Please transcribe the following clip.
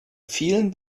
vielen